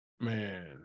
Man